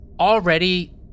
already